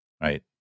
right